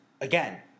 Again